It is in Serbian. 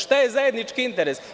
Šta je zajednički interes?